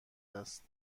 است